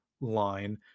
line